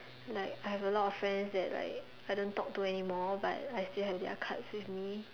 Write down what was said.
like I have a lot friends that like I don't talk to anymore but I still have their cards with me